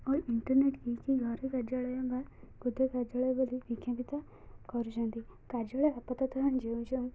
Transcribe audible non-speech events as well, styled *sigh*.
ଓ internet କି କି ଘରେ କାର୍ଯ୍ୟାଳୟ ବା *unintelligible* କାର୍ଯ୍ୟାଳୟ ବୋଲି *unintelligible* କରୁଛନ୍ତି କାର୍ଯ୍ୟାଳୟ ଆପାତତ ଯେଉଁ ଯେଉଁ